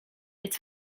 its